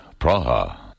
Praha